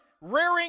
rearing